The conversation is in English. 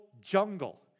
jungle